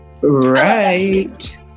Right